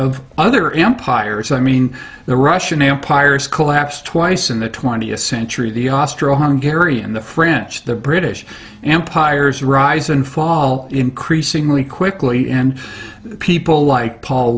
of other empires i mean the russian empire school apps twice in the twentieth century the austria hungary and the french the british empire is rise and fall increasingly quickly and people like paul